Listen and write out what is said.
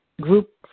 group